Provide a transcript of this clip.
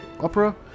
opera